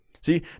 See